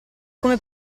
come